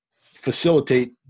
facilitate